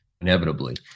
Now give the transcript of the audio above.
inevitably